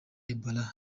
ebola